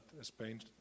Spain